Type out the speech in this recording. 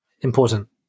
Important